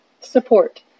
Support